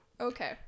okay